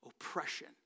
Oppression